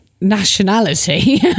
nationality